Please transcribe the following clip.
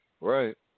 Right